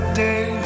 day